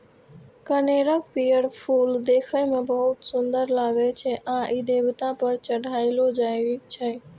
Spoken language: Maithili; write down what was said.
कनेरक पीयर फूल देखै मे बहुत सुंदर लागै छै आ ई देवता पर चढ़ायलो जाइ छै